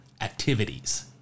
activities